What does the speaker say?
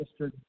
Mr